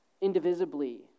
indivisibly